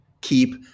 Keep